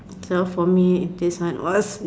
so for me this one or else